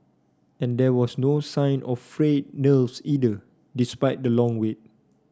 and there was no sign of frayed nerves either despite the long wait